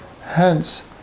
hence